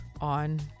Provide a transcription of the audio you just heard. on